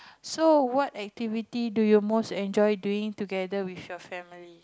so what activity do you most enjoy doing together with your family